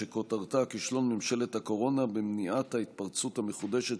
שכותרתה: כישלון ממשלת הקורונה במניעת ההתפרצות המחודשת